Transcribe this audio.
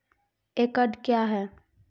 एकड कया हैं?